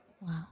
Wow